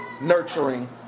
nurturing